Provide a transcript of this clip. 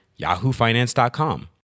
yahoofinance.com